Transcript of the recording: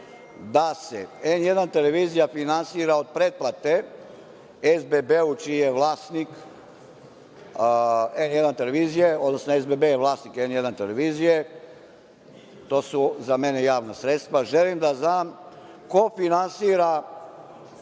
da se N1 televizija finansira od pretplate SBB čiji je vlasnik, odnosno SBB je vlasnik N1 televizije, to su za mene javna sredstva, želim da znam ko finansira